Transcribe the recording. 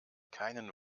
keinen